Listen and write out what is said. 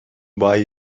buy